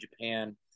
Japan